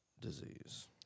disease